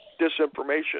disinformation